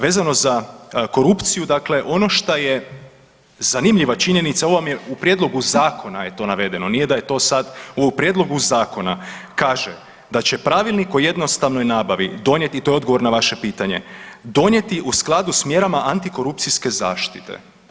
Vezano za korupciju, dakle ono šta je zanimljiva činjenica, ovo vam je u prijedlogu zakona je to navedeno, nije da je to sad u prijedlogu zakona kaže da će Pravilnik o jednostavnoj nabavi donijeti i to je odgovor na vaše pitanje, donijeti u skladu sa mjerama antikorupcijske zaštite.